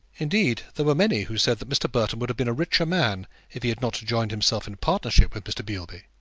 indeed, there were many who said that mr. burton would have been a richer man if he had not joined himself in partnership with mr. beilby.